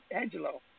Angelo